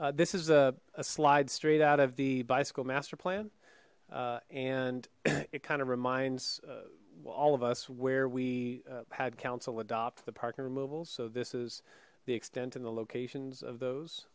bike this is a slide straight out of the bicycle master plan and it kind of reminds all of us where we had council adopt the parking removal so this is the extent in the locations of those